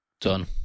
done